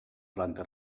planta